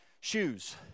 shoes